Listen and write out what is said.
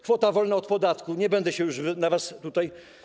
Kwota wolna od podatku, nie będę się już na was tutaj.